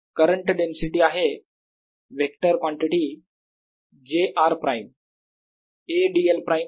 current density आहे vector quantity j r prime a dl prime